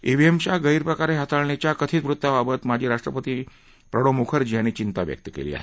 ईव्हीएम्सच्या गैरप्रकारे हाताळणीच्या कथित वृत्ताबाबत माजी राष्ट्रपती माजी राष्ट्रपती प्रणब मुखर्जी यांनी चिंता व्यक्त केली आहे